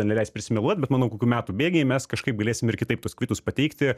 neleis prisimeluot bet manau kokių metų bėgyje mes kažkaip galėsim ir kitaip tuos kvitus pateikti